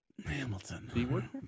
Hamilton